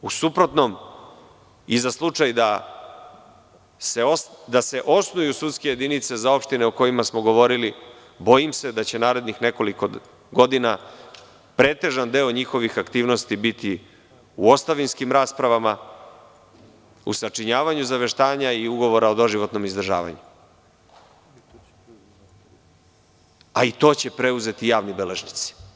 U suprotnom i za slučaj da se osnuje sudske jedinice za opštine o kojima smo govorili, bojim se da će narednih nekoliko godina pretežan deo njihovih aktivnosti biti u ostavinskim raspravama, u sačinjavanju zaveštanja i ugovora o doživotnom izdržavanju, a i to će preuzeti javni beležnici.